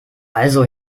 also